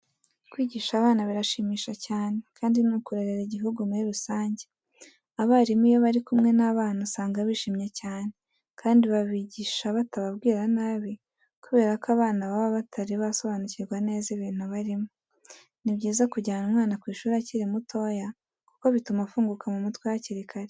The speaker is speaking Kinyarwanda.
Kwigisha abana birashimisha cyane kandi ni ukurerera igihugu muri rusange. Abarimu iyo bari kumwe n'abana usanga bishimye cyane kandi babigisha batababwira nabi kubera ko abana baba batari basobanukirwa neza ibintu barimo. Ni byiza kujyana umwana ku ishuri akiri mutoya kuko bituma afunguka mu mutwe hakiri kare.